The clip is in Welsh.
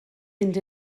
mynd